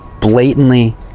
blatantly